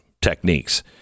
techniques